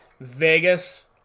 Vegas